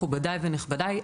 מכובדי ונכבדיי,